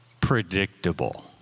predictable